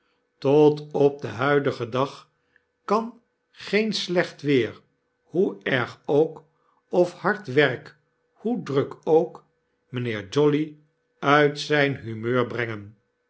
tot op den huidigen dag kan geen slecht weer hoe erg ook of hard werk hoe druk ook mynheer jolly uit zyn humeur brengen